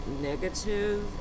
negative